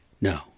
no